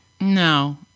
No